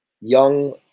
young